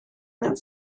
mewn